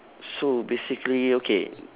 so basically okay